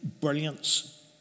brilliance